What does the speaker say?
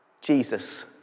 Jesus